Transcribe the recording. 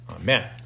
Amen